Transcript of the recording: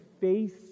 face